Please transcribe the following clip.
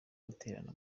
guterana